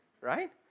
right